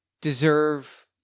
deserve